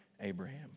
Abraham